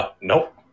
Nope